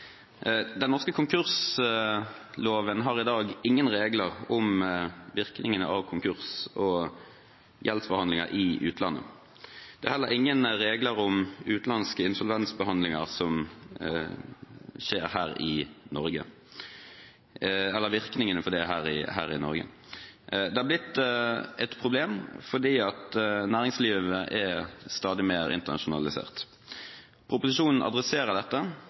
Den norske konkursloven har i dag ingen regler om virkningene av konkurs og gjeldsforhandlinger i utlandet eller om utenlandske insolvensbehandlingers virkninger i Norge. Det har blitt et problem fordi næringslivet blir stadig mer internasjonalisert. Proposisjonen adresserer dette,